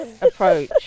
approach